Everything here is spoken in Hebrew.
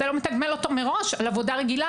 אתה לא מתגמל אותו מראש על עבודה רגילה